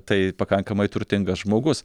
tai pakankamai turtingas žmogus